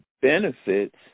benefits